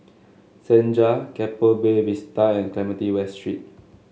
Senja Keppel Bay Vista and Clementi West Street